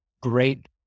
great